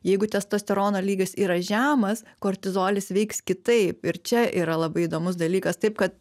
jeigu testosterono lygis yra žemas kortizolis veiks kitaip ir čia yra labai įdomus dalykas taip kad